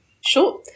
Sure